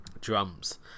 Drums